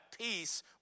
peace